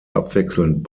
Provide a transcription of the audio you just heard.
abwechselnd